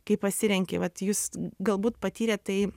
kai pasirenki vat jūs galbūt patyrėt tai